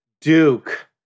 Duke